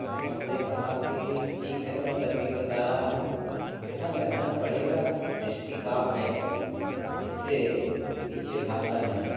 तो हमने कहा कि ठीक है मैं तरकीब बता रहा हूँ बेटा मेहनत पड़ेगा रिस्की काम है इससे पीछे भागना नहीं